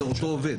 זה אותו עובד,